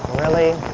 really?